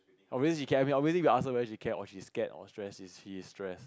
obvious I ask her whether she care or she scared or stress is she is stress